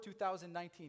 2019